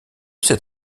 cet